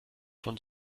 von